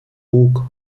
bug